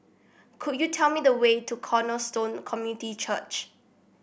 could you tell me the way to Cornerstone Community Church